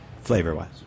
flavor-wise